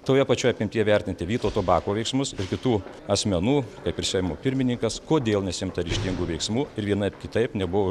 toje pačioje apimtyje vertinti vytauto bako veiksmus ir kitų asmenų kaip ir seimo pirmininkas kodėl nesiimta ryžtingų veiksmų ir vienaip kitaip nebuvo